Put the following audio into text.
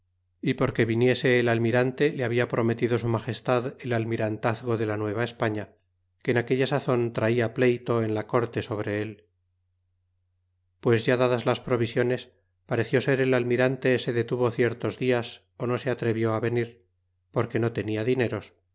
y porque viniese el almirante le labia prometido su magestad el almirantazgo de la nueva españa que en aquella sazon traia pleyto en la corte sobre el pues ya dadas las provisiones pareció ser el almirante se detuvo ciertos dias ó no se atrevió á venir porque no tenia dineros